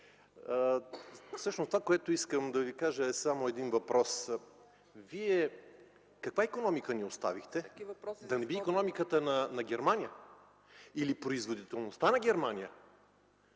всъщност това, което искам да Ви кажа, е само един въпрос: каква икономика ни оставихте вие? Да не би икономиката на Германия или производителността на Германия...